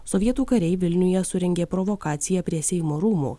sovietų kariai vilniuje surengė provokaciją prie seimo rūmų